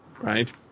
right